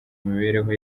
mibereho